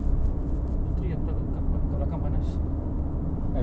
ini kereta ni kereta pun aku nak nak hantar workshop juga soon